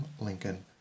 Lincoln